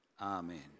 Amen